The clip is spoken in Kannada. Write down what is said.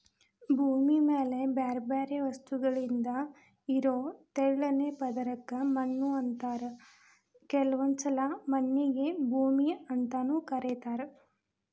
ಭೂಮಿ ಮ್ಯಾಲೆ ಬ್ಯಾರ್ಬ್ಯಾರೇ ವಸ್ತುಗಳಿಂದ ಇರೋ ತೆಳ್ಳನ ಪದರಕ್ಕ ಮಣ್ಣು ಅಂತಾರ ಕೆಲವೊಂದ್ಸಲ ಮಣ್ಣಿಗೆ ಭೂಮಿ ಅಂತಾನೂ ಕರೇತಾರ